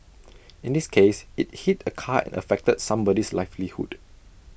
in this case IT hit A car and affected somebody's livelihood